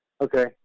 okay